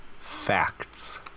Facts